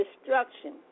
destruction